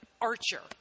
Archer